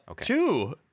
two